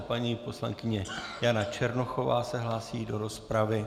Paní poslankyně Jana Černochová se hlásí do rozpravy.